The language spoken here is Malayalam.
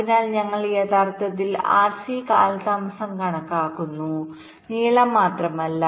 അതിനാൽ ഞങ്ങൾ യഥാർത്ഥത്തിൽ RC കാലതാമസം കണക്കാക്കുന്നു നീളം മാത്രമല്ല